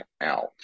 out